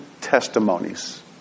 testimonies